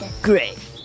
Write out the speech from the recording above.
Great